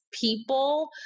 people